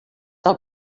del